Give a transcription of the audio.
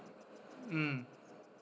mm